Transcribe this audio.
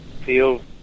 feel